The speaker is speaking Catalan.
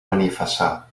benifassà